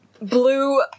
blue